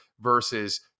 versus